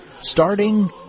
starting